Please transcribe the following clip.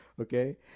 Okay